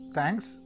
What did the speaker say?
Thanks